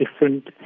different